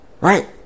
Right